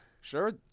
Sure